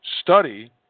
Study